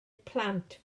plant